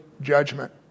judgment